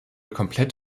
komplett